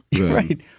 right